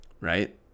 right